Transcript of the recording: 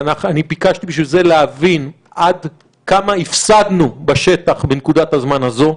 וביקשתי בשביל זה להבין עד כמה הפסדנו בשטח בנקודת הזמן הזו,